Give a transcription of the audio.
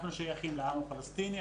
אנחנו שייכים לעם הפלסטיני,